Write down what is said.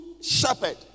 shepherd